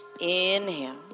inhale